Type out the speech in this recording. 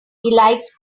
likes